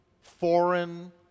foreign